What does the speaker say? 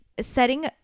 setting